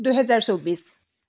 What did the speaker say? দুহেজাৰ চৌব্বিছ